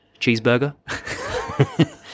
Cheeseburger